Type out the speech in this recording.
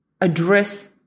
address